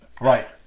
Right